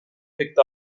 picked